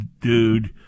dude